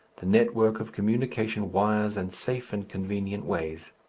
the net-work of communication wires and safe and convenient ways.